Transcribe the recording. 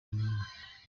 remera